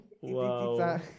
Wow